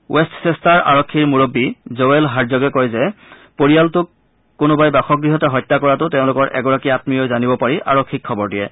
rest চেষ্টাৰ আৰক্ষীৰ মূৰববী জৱেল হাৰ্জগে কয় যে পৰিয়ালটোক কোনোবাই বাসগৃহতে হত্যা কৰাটো তেওঁলোকৰ এগৰাকী আঘীয়ই জানিব পাৰি আৰক্ষীক খবৰ দিয়ে